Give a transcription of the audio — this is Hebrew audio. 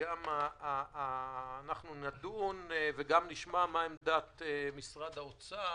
וגם אנחנו נדון ונשמע את עמדת משרד האוצר